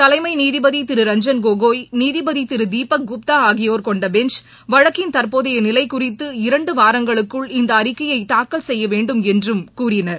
தலைமை நீதிபதி திரு ரஞ்சன் கோகோய் நீதிபதி திரு தீபக் குப்தா ஆகியோர் கொண்ட பெஞ்ச் வழக்கின் தற்போதைய நிலை குறித்து இரண்டு வாரங்களுக்குள் இந்த அறிக்கையை தாக்கல் செய்ய வேண்டும் என்றும் கூறினர்